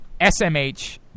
SMH